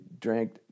drank